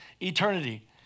eternity